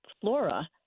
flora